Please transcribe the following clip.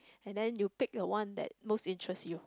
and then you pick the one that most interest you